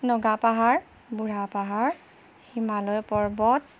নগাপাহাৰ বুঢ়াপাহাৰ হিমালয় পৰ্বত